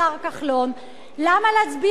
למה להצביע עכשיו,